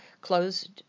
closed